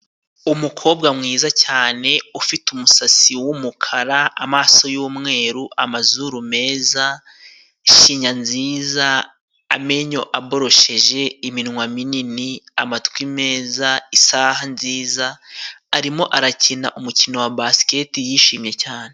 Umukobwa mwiza cyane ufite umusatsi w'umukara, amaso y'umweru, amazuru meza, ishinya nziza, amenyo aborosheje, iminwa minini, amatwi meza, isaha nziza. Arimo arakina umukino wa basiketiboro yishimye cyane.